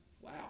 Wow